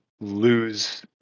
lose